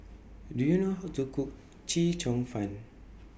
Do YOU know How to Cook Chee Cheong Fun